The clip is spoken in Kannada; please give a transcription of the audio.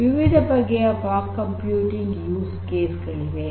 ವಿವಿಧ ಬಗೆಯ ಫಾಗ್ ಕಂಪ್ಯೂಟಿಂಗ್ ಯೂಸ್ ಕೇಸ್ ಗಳಿವೆ